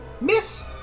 Miss